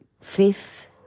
fifth